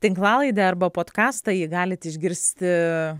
tinklalaidę arba potkastą jį galit išgirsti